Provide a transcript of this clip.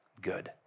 good